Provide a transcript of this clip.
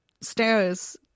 stairs